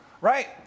right